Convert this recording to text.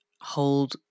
hold